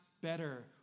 better